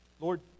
Lord